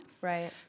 Right